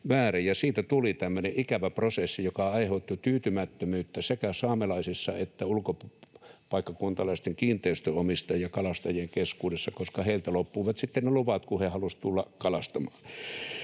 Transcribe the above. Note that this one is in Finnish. tämmöinen ikävä prosessi, joka aiheutti tyytymättömyyttä sekä saamelaisissa että ulkopaikkakuntalaisten kiinteistönomistajien ja kalastajien keskuudessa, koska heiltä loppuivat sitten ne luvat, kun he halusivat tulla kalastamaan.